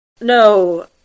No